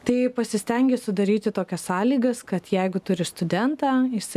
tai pasistengė sudaryti tokias sąlygas kad jeigu turi studentą jisai